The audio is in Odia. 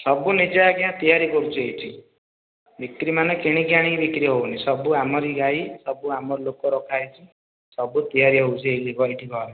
ସବୁ ନିଜେ ଆଜ୍ଞା ତିଆରି କରୁଛି ଏଇଠି ବିକ୍ରି ମାନେ କିଣିକି ଆଣି ବିକ୍ରି ହେଉନି ସବୁ ଆମରି ଗାଈ ସବୁ ଆମ ଲୋକ ରଖାହେଇଛି ସବୁ ତିଆରି ହେଉଛି ଏଇ ଲିବରଟି ବାରରେ